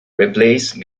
replaced